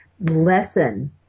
lesson